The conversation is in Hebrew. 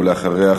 ואחריה,